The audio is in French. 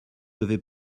devez